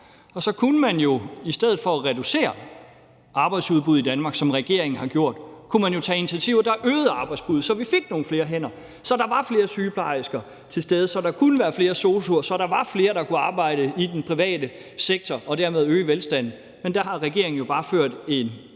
Og så kunne man jo i stedet for at reducere arbejdsudbuddet i Danmark, som regeringen har gjort, tage initiativer, der øgede arbejdsudbuddet, så vi fik nogle flere hænder, så der var flere sygeplejersker til stede, så der kunne være flere sosu'er, og så der var flere, der kunne arbejde i den private sektor og dermed øge velstanden. Men der har regeringen jo bare ført en økonomisk